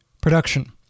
production